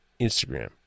Instagram